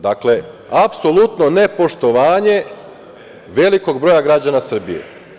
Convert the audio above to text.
Dakle, apsolutno nepoštovanje velikog broja građana Srbije.